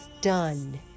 done